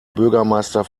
bürgermeister